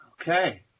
Okay